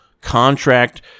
contract